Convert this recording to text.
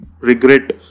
regret